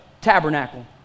Tabernacle